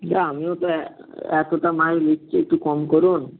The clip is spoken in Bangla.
না আমিও তো অ্যা এতটা মাছ নিচ্ছি একটু কম করুন